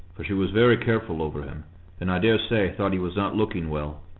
for she was very careful over him and i daresay thought he was not looking well.